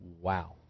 Wow